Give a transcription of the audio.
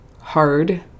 hard